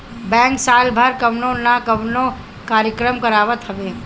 bank साल भर कवनो ना कवनो कार्यक्रम करावत हवे